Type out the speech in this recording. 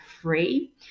free